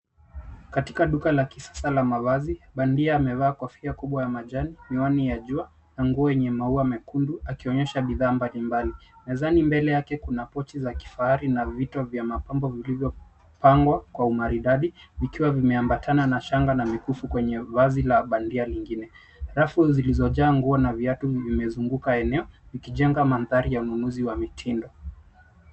Katika duka la kisasa la mavazi. Bandia amevaa kofia kubwa ya majani, miwani ya jua na nguo yenye maua mekundu akionyesha bidhaa mbalimbali. Mezani mbele yake kuna pochi za kifahari na vito vya mapambo vilivyopangwa kwa umaridadi vikiwa vimeambatana na shanga na mikufu kwenye vazi la bandia lingine. Rafu zilizojaa nguo na viatu vimezunguka eneo, vikijenga mandhari ya ununuzi wa mitindo.